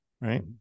right